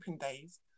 days